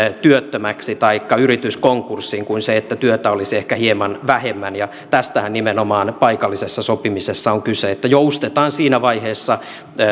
työttömäksi taikka yritys konkurssiin kuin se että työtä olisi ehkä hieman vähemmän tästähän nimenomaan paikallisessa sopimisessa on kyse että joustetaan siinä vaiheessa